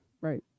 Right